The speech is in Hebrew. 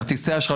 כרטיסי אשראי,